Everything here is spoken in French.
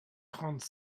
trente